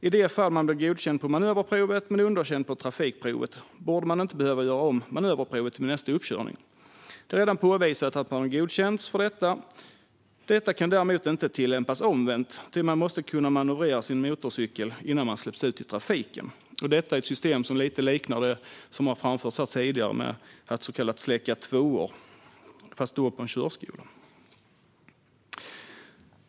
I det fall man blir godkänd på manöverprovet men underkänd på trafikprovet borde man inte behöva göra om manöverprovet vid nästa uppkörning. Det är redan påvisat att man har godkänts på detta område. Detta kan däremot inte tillämpas omvänt - man måste kunna manövrera sin motorcykel innan man släpps ut i trafiken. Detta är ett system som lite liknar det som har framförts här tidigare - det som kallas att släcka tvåor - fast på en körskola.